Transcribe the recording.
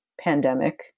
pandemic